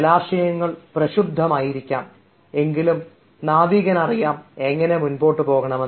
ജലാശയങ്ങൾ പ്രക്ഷുബ്ധമായിരിക്കാം എങ്കിലും നാവീകന് അറിയാം എങ്ങനെ മുൻപോട്ടു പോകണമെന്ന്